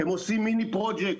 הם עושים מיני פרוג'קט,